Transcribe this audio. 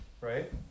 right